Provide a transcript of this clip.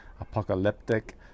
apocalyptic